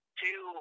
two